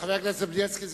חבר הכנסת בילסקי,